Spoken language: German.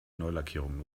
neulackierung